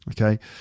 Okay